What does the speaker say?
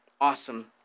awesome